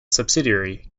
subsidiary